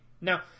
Now